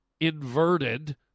inverted